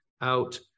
out